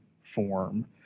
form